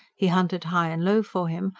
he hunted high and low for him,